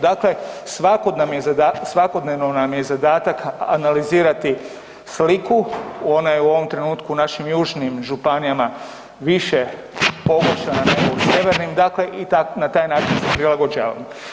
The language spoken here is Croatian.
Dakle, svakodnevno nam je zadatak analizirati sliku, ona je u ovom trenutku u našim južnim županijama više pogoršana nego u zelenim, dakle i na taj način se prilagođavamo.